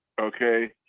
okay